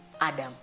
Adam